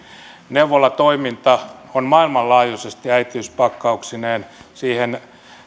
neuvolatoiminta on maailmanlaajuisesti äitiyspakkauksineen siihen